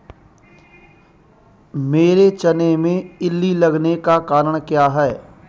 मेरे चने में इल्ली लगने का कारण क्या है?